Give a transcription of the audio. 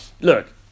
look